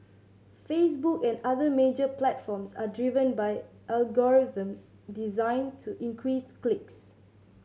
Facebook and other major platforms are driven by algorithms designed to increase clicks